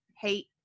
hate